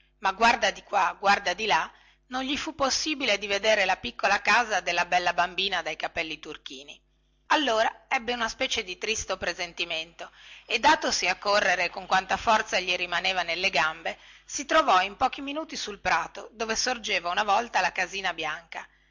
ma guarda di qua guarda di là non gli fu possibile di vedere la piccola casa della bella bambina dai capelli turchini allora ebbe una specie di tristo presentimento e datosi a correre con quanta forza gli rimaneva nelle gambe si trovò in pochi minuti sul prato dove sorgeva una volta la casina bianca